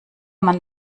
man